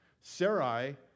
Sarai